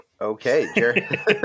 Okay